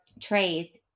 trays